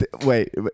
wait